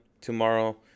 tomorrow